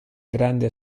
grande